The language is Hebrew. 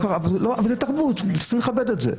זאת תרבות שצריכים לכבד אותה.